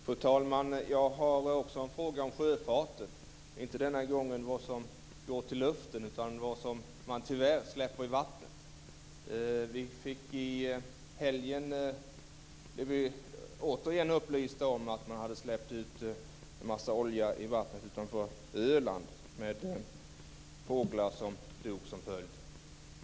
Fru talman! Jag har också en fråga om sjöfarten. Denna gång gäller det inte vad som går ut i luften utan vad man tyvärr släpper ut i vattnet. I helgen blev vi återigen upplysta om att man hade släppt ut en massa olja i vattnet utanför Öland med följd att fåglar dog.